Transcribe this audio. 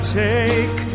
take